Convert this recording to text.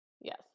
Yes